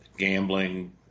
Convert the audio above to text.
Gambling